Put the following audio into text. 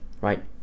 right